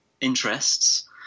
interests